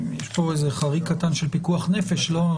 יש פה חריג קטן של פיקוח נפש, לא?